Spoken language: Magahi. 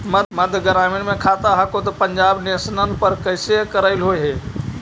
मध्य ग्रामीण मे खाता हको तौ पंजाब नेशनल पर कैसे करैलहो हे?